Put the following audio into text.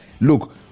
Look